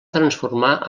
transformar